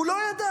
הוא לא ידע.